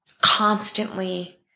constantly